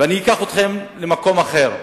ואני אקח אתכם למקום אחר: